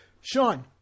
sean